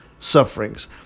sufferings